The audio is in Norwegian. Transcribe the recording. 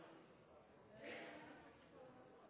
lite